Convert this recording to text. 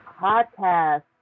Podcast